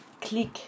click